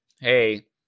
hey